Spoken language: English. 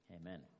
Amen